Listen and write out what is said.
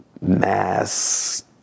mass